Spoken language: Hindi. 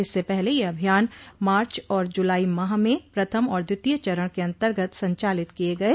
इससे पहले यह अभियान मार्च और जुलाई माह में प्रथम और द्वितीय चरण के अन्तर्गत संचालित किये गये